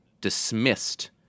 dismissed